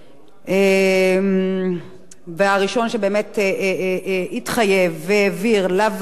והראשון שבאמת התחייב והעביר לוועדה,